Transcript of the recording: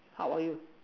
how are you